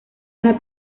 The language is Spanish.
una